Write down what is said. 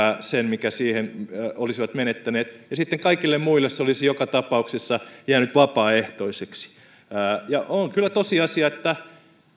sen minkä olisivat menettäneet ja sitten kaikille muille se olisi joka tapauksessa jäänyt vapaaehtoiseksi on kyllä tosiasia että